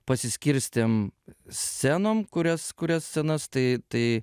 pasiskirstėm scenom kurias kurias scenas tai tai